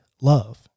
love